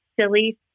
silly